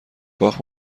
باخت